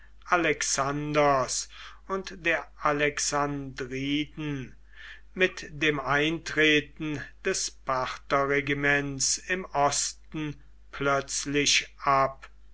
alexanders und der alexandriden mit dem eintreten des partherregiments im osten plötzlich ab